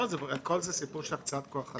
הכול זה סיפור של הקצאת כוח אדם.